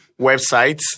websites